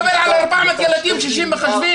אתה מדבר על 400 ילדים ועל 60 מחשבים.